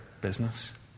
business